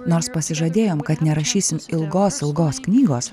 nors pasižadėjom kad nerašysim ilgos ilgos knygos